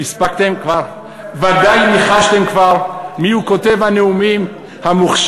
הספקתם כבר, תספר לנו מי כתב לך את הנאום היפה?